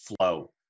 flow